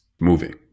moving